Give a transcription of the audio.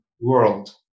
world